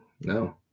No